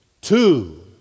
Two